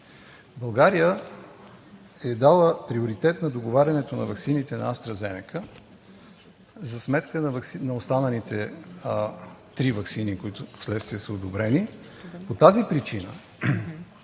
България е дала приоритет на договарянето на ваксините на „Астра Зенека“ за сметка на останалите три ваксини, които впоследствие са одобрени. По тази причина